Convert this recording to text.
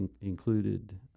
included